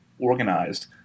organized